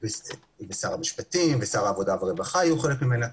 ושר העבודה והרווחה היו חלק ממנה,